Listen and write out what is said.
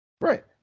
Right